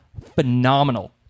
phenomenal